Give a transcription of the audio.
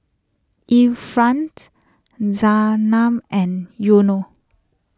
Irfan's Zaynab and Yunos